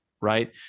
right